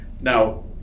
Now